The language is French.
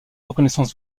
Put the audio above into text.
reconnaissance